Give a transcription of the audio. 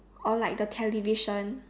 or like the the television